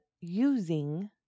using